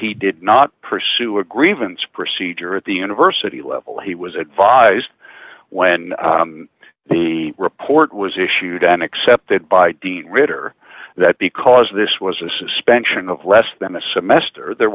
he did not pursue a grievance procedure at the university level he was advised when the report was issued an accepted by dean ritter that because this was a suspension of less than a semester there